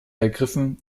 ergriffen